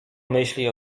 myśli